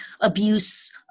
abuse